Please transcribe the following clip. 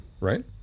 right